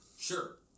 Sure